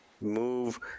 move